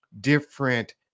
different